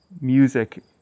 music